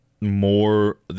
more